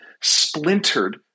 splintered